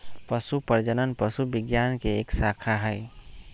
पशु प्रजनन पशु विज्ञान के एक शाखा हई